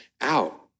out